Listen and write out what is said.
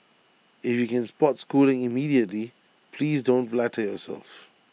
if you can spot schooling immediately please don't flatter yourselves